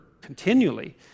continually